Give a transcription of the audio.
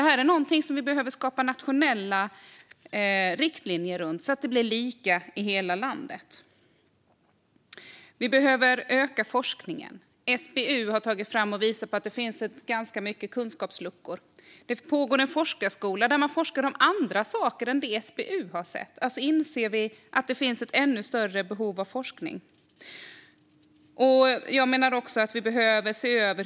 Här behövs nationella riktlinjer så att det blir lika i hela landet. Mer forskning behövs. SBU har visat att det finns kunskapsluckor. På forskarskolan forskar man om annat än det SBU ser, så alltså finns ett behov av mer forskning.